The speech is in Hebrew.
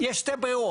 יש שתי ברירות,